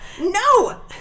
no